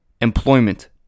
employment